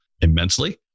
immensely